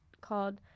called